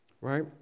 right